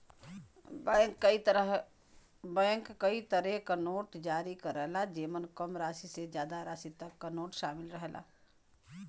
bank कई तरे क नोट जारी करला जेमन कम राशि से जादा राशि तक क नोट शामिल रहला